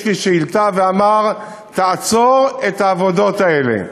לי שאילתה ואמר: תעצור את העבודות האלה,